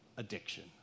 Addiction